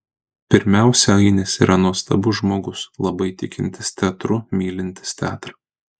pirmiausia ainis yra nuostabus žmogus labai tikintis teatru mylintis teatrą